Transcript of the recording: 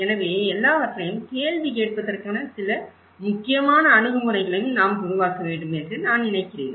எனவே எல்லாவற்றையும் கேள்வி கேட்பதற்கான சில முக்கியமான அணுகுமுறைகளையும் நாம் உருவாக்க வேண்டும் என்று நான் நினைக்கிறேன்